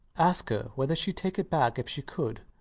ask her whether she'd take it back if she could.